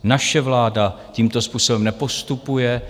Naše vláda tímto způsobem nepostupuje.